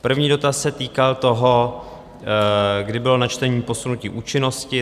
První dotaz se týkal toho, kdy bylo načtení posunutí účinnosti.